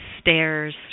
stairs